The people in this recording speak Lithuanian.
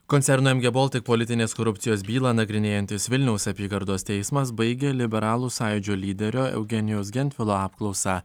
koncerno em gie boltik politinės korupcijos bylą nagrinėjantis vilniaus apygardos teismas baigė liberalų sąjūdžio lyderio eugenijaus gentvilo apklausą